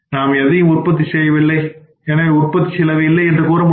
நாம் எதையும் உற்பத்தி செய்யவில்லை எனவே உற்பத்தி செலவு இல்லை என்று கூறமுடியாது